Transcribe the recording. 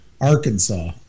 Arkansas